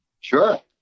Sure